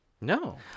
No